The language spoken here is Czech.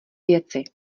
věci